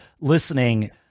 listening